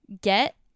get